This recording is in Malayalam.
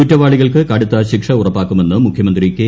കുറ്റവാളികൾക്ക് കടുത്ത ശിക്ഷ ഉറപ്പാക്കുമെന്ന് മുഖ്യമന്ത്രി കെ